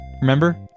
Remember